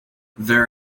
there